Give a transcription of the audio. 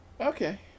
Okay